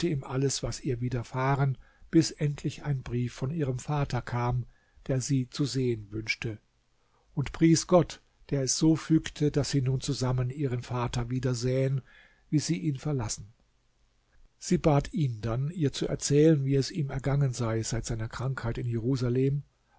alles was ihr widerfahren bis endlich ein brief von ihrem vater kam der sie zu sehen wünschte und pries gott der es so fügte daß sie nun zusammen ihren vater wieder sähen wie sie ihn verlassen sie bat ihn dann ihr zu erzählen wie es ihm ergangen seit seiner krankheit in jerusalem